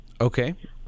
Okay